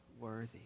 worthy